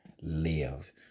live